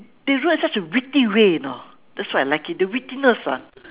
they wrote it in such a witty way you know that's why I like it the wittiness ah